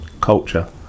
culture